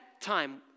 time